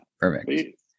Perfect